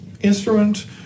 instrument